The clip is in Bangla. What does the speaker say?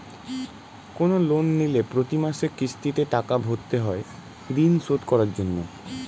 কোন লোন নিলে প্রতি মাসে কিস্তিতে টাকা ভরতে হয় ঋণ শোধ করার জন্য